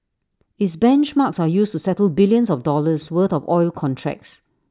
its benchmarks are used to settle billions of dollars worth of oil contracts